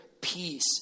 peace